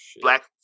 Black